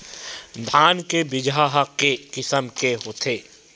धान के बीजा ह के किसम के होथे?